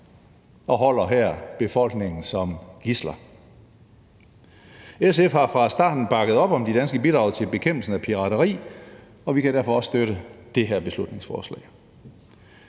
og holder her befolkningen som gidsler. SF har fra starten bakket op om de danske bidrag til bekæmpelsen af pirateri, og vi kan derfor også støtte det her beslutningsforslag.